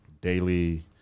daily